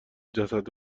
جسد